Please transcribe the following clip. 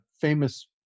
famous